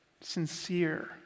Sincere